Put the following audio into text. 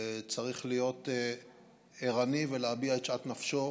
צריך להיות ערני, להביע את שאט נפשו